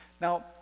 now